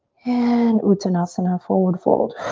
and uttanasana, forward fold.